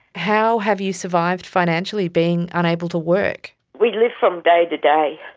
how have you survived financially being unable to work? we live from day to day,